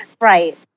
Right